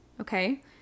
Okay